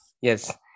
Yes